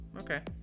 Okay